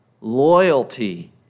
loyalty